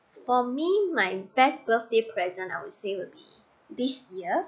for me my best birthday present I would say would be this year